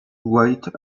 white